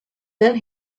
then